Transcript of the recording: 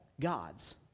gods